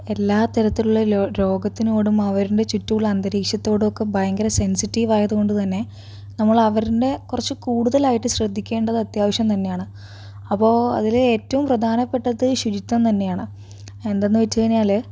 എല്ലാ തരത്തിലും ഉള്ള രോഗത്തോടും അവരുടെ ചുറ്റും ഉള്ള അന്തരീക്ഷത്തോടും ഭയങ്കര സെൻസിറ്റീവ് ആയത് കൊണ്ട് തന്നെ നമ്മൾ അവരുടെ കുറച്ച് കൂടുതലായിട്ട് ശ്രദ്ധിക്കേണ്ടത് അത്യാവശ്യം തന്നെയാണ് അപ്പോൾ അതില് ഏറ്റവും പ്രധാനപെട്ടത് ശുചിത്വം തന്നെയാണ് എന്ത് എന്ന് വെച്ച് കഴിഞ്ഞാല്